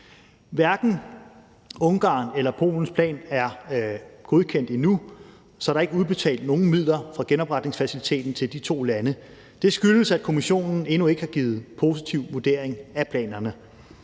Hverken Ungarns eller Polens plan er godkendt endnu, så der er ikke udbetalt nogen midler fra genopretningsfaciliteten til de to lande. Det skyldes, at Kommissionen endnu ikke har givet en positiv vurdering af planerne.